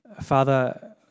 father